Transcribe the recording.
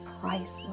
priceless